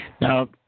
Now